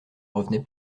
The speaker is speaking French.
revenait